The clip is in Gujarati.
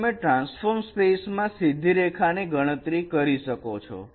હવે તમે ટ્રાન્સફર સ્પેસમાં સીધી રેખા ની ગણતરી કરી શકો છો